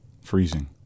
freezing